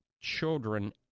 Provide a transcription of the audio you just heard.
children